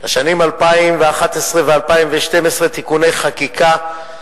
לשנים 2011 ו-2012 (תיקוני חקיקה),